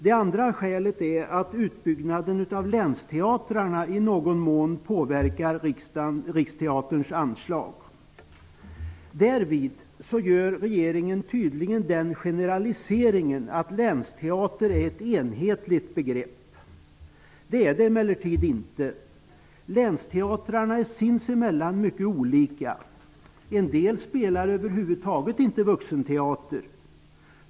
Det andra skälet är att utbyggnaden av länsteatrarna i någon mån påverkar Riksteaterns anslag. Där gör regeringen tydligen den generaliseringen att länsteater är ett enhetligt begrepp. Det är det emellertid inte. Länsteatrarna är sinsemellan mycket olika. En del spelar över huvud taget inte vuxenteater.